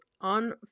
on